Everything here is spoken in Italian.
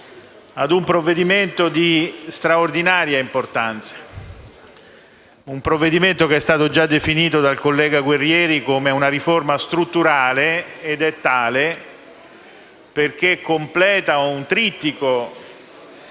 su un provvedimento di straordinaria importanza, che è stato già definito dal collega Guerrieri Paleotti come una riforma strutturale ed è tale perché completa un trittico